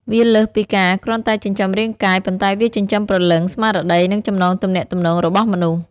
វាលើសពីការគ្រាន់តែចិញ្ចឹមរាងកាយ ប៉ុន្តែវាចិញ្ចឹមព្រលឹង ស្មារតី និងចំណងទំនាក់ទំនងរបស់មនុស្ស។